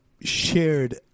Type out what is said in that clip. shared